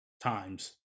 times